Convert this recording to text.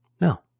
No